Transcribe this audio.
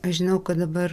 aš žinau kad dabar